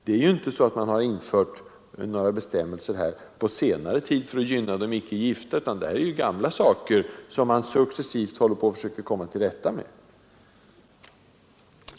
Där är det ju inte så att man har infört några bestämmelser på senare tid för att gynna de icke gifta, utan det är gamla saker som man nu successivt håller på att försöka komma till rätta med.